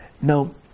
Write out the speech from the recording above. Now